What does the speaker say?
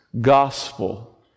gospel